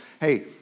hey